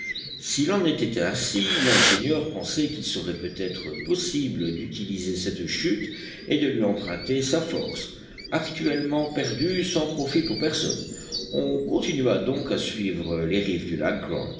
s'il en était ainsi l'ingénieur pensait qu'il serait peut-être possible d'utiliser cette chute et de lui emprunter sa force actuellement perdue sans profit pour personne on continua donc à suivre les rives du lac